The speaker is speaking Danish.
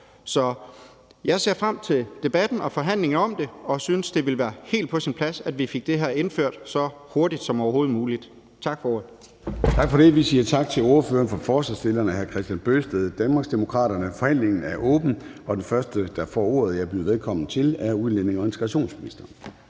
jeg ser frem til debatten og forhandlingen om det, og jeg synes, det vil være helt på sin plads, at vi fik det her indført så hurtigt som overhovedet muligt. Tak for ordet. Kl. 15:59 Formanden (Søren Gade): Tak for det. Vi siger tak til ordføreren for forslagsstillerne, hr. Kristian Bøgsted, Danmarksdemokraterne. Forhandlingen er åbnet. Den første, der får ordet, og som jeg byder velkommen, er